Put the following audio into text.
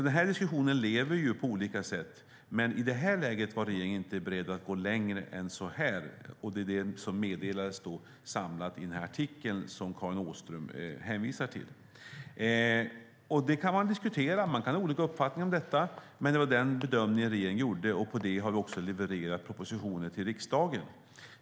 Denna diskussion lever på olika sätt. Men i detta läge var regeringen inte beredd att gå längre än så här. Det var det som meddelades samlat i den artikel som Karin Åström hänvisar till. Man kan diskutera detta, och man ha olika uppfattningar. Men det var den bedömning regeringen gjorde, och på den har vi levererat propositioner till riksdagen.